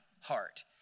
heart